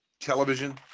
Television